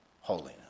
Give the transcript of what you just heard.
holiness